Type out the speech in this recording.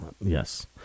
Yes